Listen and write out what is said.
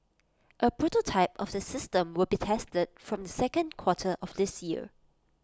A prototype of the system will be tested from the second quarter of this year